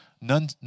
None